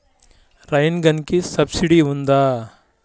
Rain గన్కి subsidy ఉందా?